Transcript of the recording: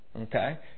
Okay